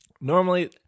Normally